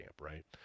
right